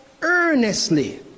earnestly